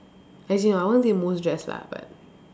as in I won't say most dressed lah but